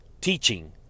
teaching